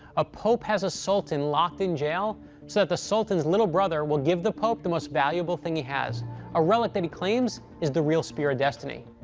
a pope has a sultan locked in jail so that the sultan's little brother will give the pope the most valuable thing he has a relic that he claims is the real spear of destiny.